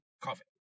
coffee